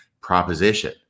proposition